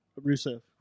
Rusev